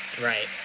Right